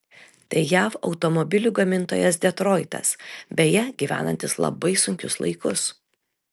tai jav automobilių gamintojas detroitas beje gyvenantis labai sunkius laikus